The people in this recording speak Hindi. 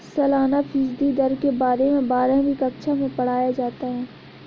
सालाना फ़ीसदी दर के बारे में बारहवीं कक्षा मैं पढ़ाया जाता है